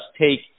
take